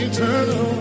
Eternal